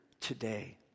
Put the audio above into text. today